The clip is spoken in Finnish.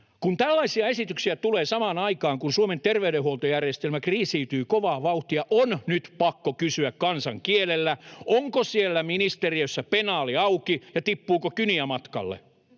Kun tällaisia esityksiä tulee samaan aikaan, kun Suomen terveydenhuoltojärjestelmä kriisiytyy kovaa vauhtia, on nyt pakko kysyä kansankielellä: onko siellä ministeriössä penaali auki, ja tippuuko kyniä matkalle?